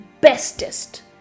bestest